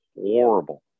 horrible